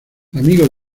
amigo